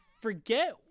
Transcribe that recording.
forget